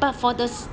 but for the but